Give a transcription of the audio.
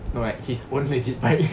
no like his own magic bike